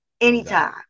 Anytime